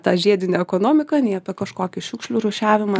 tą žiedinę ekonomiką nei apie kažkokį šiukšlių rūšiavimą